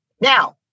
Now